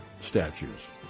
statues